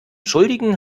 schuldigen